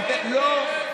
כן כן כן.